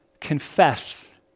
Confess